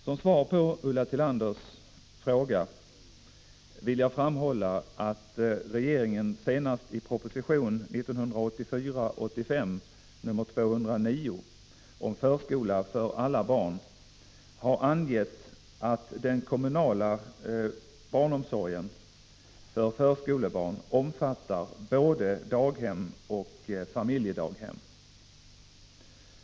Som svar på Ulla Tillanders fråga vill jag framhålla att regeringen senast i proposition 1984/85:209 om förskola för alla barn har angett att den kommunala barnomsorgen för förskolebarn omfattar både daghem och familjedaghem.